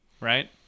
right